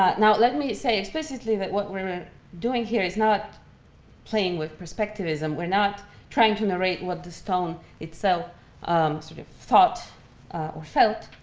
now let me say explicitly that what we're doing here is not playing with perspectivism. we're not trying to narrate what the stone itself um sort of thought or felt,